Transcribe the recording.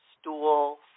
stool